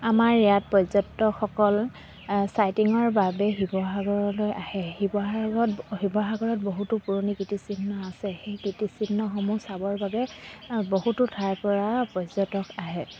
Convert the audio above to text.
আমাৰ ইয়াত পৰ্যটকসকল চাইটিঙৰ বাবে শিৱসাগৰলৈ আহে শিৱসাগৰত শিৱসাগৰত বহুতো পুৰণি কীৰ্তিচিহ্ন আছে সেই কীৰ্তিচিহ্নসমূহ চাবৰ বাবে বহুতো ঠাইৰ পৰা পৰ্যটক আহে